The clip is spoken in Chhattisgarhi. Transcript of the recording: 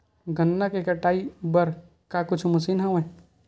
गन्ना के कटाई बर का कुछु मशीन हवय?